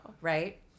right